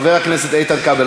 חבר הכנסת איתן כבל,